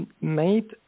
made